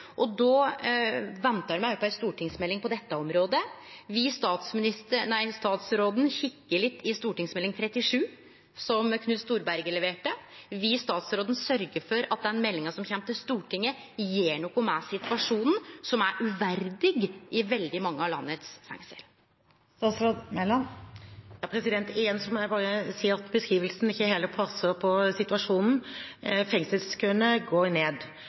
på ei stortingsmelding på dette området. Vil statsråden kike litt i St.meld. nr. 37 for 2007–2008, som Knut Storberget leverte? Vil statsråden sørgje for at den meldinga som kjem til Stortinget, gjer noko med situasjonen, som er uverdig i veldig mange av landets fengsel? Igjen må jeg si at beskrivelsen ikke passer på situasjonen. Fengselskøene går ned,